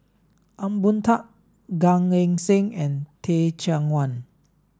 Ong Boon Tat Gan Eng Seng and Teh Cheang Wan